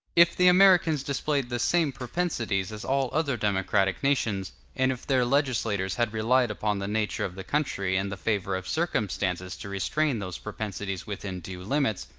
if the americans displayed the same propensities as all other democratic nations, and if their legislators had relied upon the nature of the country and the favor of circumstances to restrain those propensities within due limits,